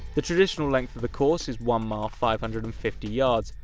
the traditional length of the course is one mile five hundred and fifty yards,